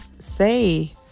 say